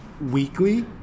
weekly